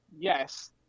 yes